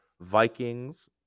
Vikings